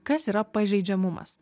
kas yra pažeidžiamumas